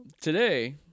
today